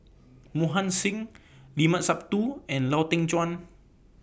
Mohan Singh Limat Sabtu and Lau Teng Chuan